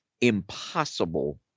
impossible